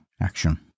action